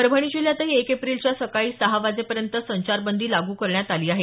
परभणी जिल्ह्यातही एक एप्रिलच्या सकाळी सहा वाजेपर्यंत संचारबंदी लागू करण्यात आली आहे